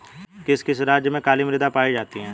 किस किस राज्य में काली मृदा पाई जाती है?